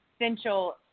essential